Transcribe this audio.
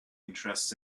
interests